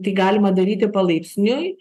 tai galima daryti palaipsniui